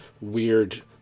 weird